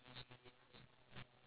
cocky people